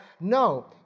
No